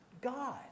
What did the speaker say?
God